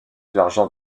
l’argent